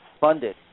funded